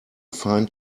fine